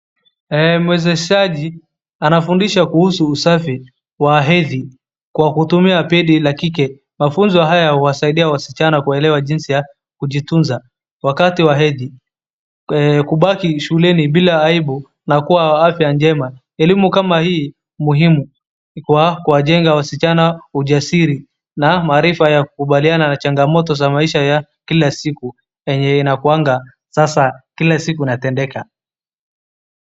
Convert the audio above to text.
Mwezeshaji anafundisha kuhusu usafi wa hedhi kwa kutumian pedi la kike. Mafunzo haya huwasaidia wasichana kuelewa jinsi ya kujitunza wakati wa hedhi, kubaki shuleni bila aibu na kuna afya njema. Elimu kama hii ni muhimu kwa kuwajenga wasichana ujasiri na maarifa ya kukubaliana na changamoto za maisha ya kila siku yenye inakuanga sasa kila siku inatendeka.